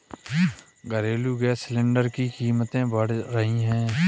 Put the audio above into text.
घरेलू gas cylinder की कीमतें बढ़ रही है